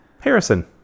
Harrison